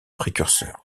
précurseur